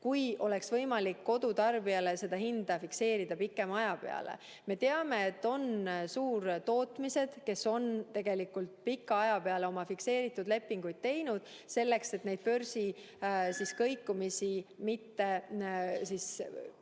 kui oleks võimalik kodutarbijale seda hinda fikseerida pikema aja peale. Me teame, et on suurtootmised, kes on tegelikult pika aja peale oma fikseeritud [hinnaga] lepingud teinud, selleks et neid börsi kõikumisi mahendada